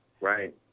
Right